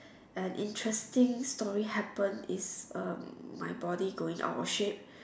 an interesting story happen is um my body going out of shape